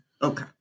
Okay